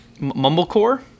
Mumblecore